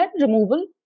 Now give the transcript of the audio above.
removal